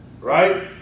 Right